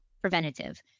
preventative